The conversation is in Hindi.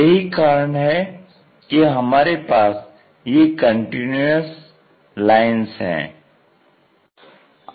यही कारण है कि हमारे पास ये कंटीन्यूअस लाइंस हैं